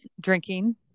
drinking